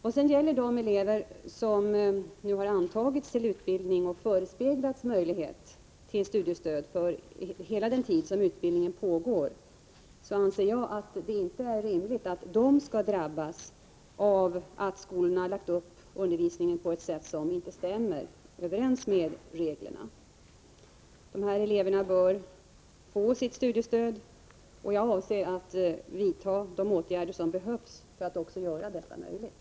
Vad sedan gäller de elever som nu har antagits till utbildning och förespeglats möjligheter till studiestöd för hela den tid som utbildningen pågår, anser jag att det inte är rimligt att de skall drabbas av att skolorna lagt upp undervisningen på ett sätt som inte stämmer överens med reglerna. De här eleverna bör få sitt studiestöd, och jag avser att vidta de åtgärder som behövs för att också göra detta möjligt.